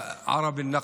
הנגב.